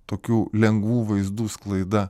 tokių lengvų vaizdų sklaida